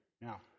Now